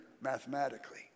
mathematically